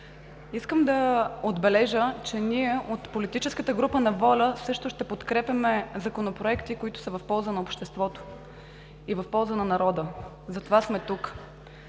Искам да отбележа, че ние от политическата група на „Воля“ също ще подкрепяме законопроекти, които са в полза на обществото и в полза на народа, затова сме тук.